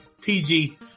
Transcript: PG